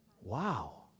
wow